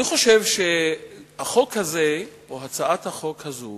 אני חושב שהצעת החוק הזאת